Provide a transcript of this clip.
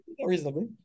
reasonably